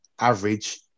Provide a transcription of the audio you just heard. average